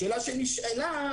השאלה שנשאלה,